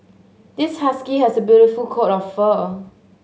this husky has a beautiful coat of fur